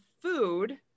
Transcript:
food